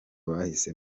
bahise